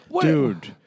Dude